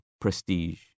prestige